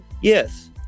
yes